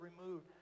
removed